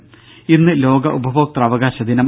ദേദ ഇന്ന് ലോക ഉപഭോക്തൃ അവകാശ ദിനം